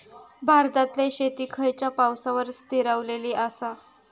भारतातले शेती खयच्या पावसावर स्थिरावलेली आसा?